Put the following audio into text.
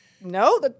no